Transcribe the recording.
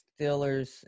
Steelers